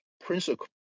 principle